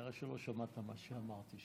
חבל שלא שמעת מה שאמרתי,